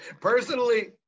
Personally